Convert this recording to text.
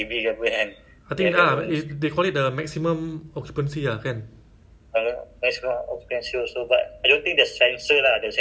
eh but do do you think it's possible kan kalau dia orang make a G_P_S system kan means by far away then they auto checkout